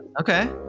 okay